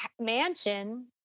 mansion